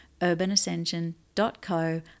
urbanascension.co